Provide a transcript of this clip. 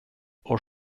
och